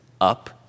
up